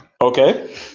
Okay